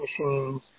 machines